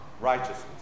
righteousness